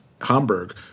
Hamburg